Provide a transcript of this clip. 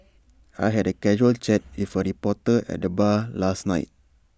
I had A casual chat with A reporter at the bar last night